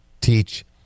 teach